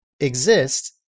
exist